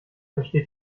versteht